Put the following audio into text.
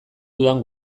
dudan